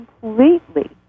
completely